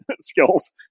skills